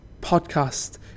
podcast